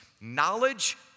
Knowledge